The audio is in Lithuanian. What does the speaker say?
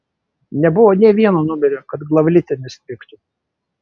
nebuvo nė vieno numerio kad glavlite nestrigtų